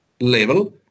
level